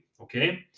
Okay